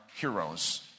heroes